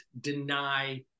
deny